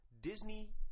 Disney